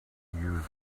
users